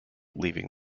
leaving